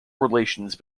relations